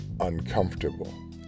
uncomfortable